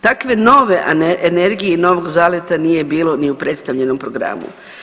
Takve nove energije i novog zaleta nije bilo ni u predstavljenom programu.